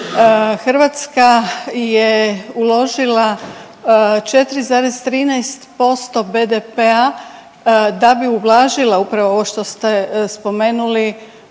Hrvatska je uložila 4,13% BDP-a da bi ublažila upravo ovo što ste spomenuli